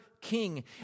King